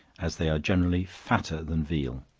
as they are generally fatter than veal